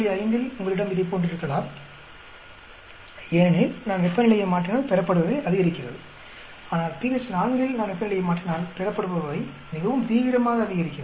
5 இல் உங்களிடம் இதைப் போன்றிருக்கலாம் ஏனெனில் நான் வெப்பநிலையை மாற்றினால் பெறப்படுபவை அதிகரிக்கிறது ஆனால் pH 4 இல் நான் வெப்பநிலையை மாற்றினால் பெறப்படுபவை மிகவும் தீவிரமாக அதிகரிக்கிறது